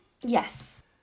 Yes